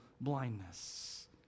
blindness